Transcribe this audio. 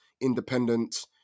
independent